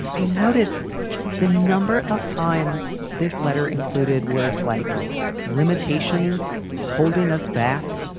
i noticed the number of times this letter included words like limitations holding us back,